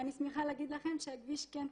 ואני שמחה להגיד לכם שהכביש כן תוקן.